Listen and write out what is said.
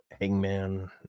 hangman